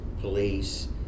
police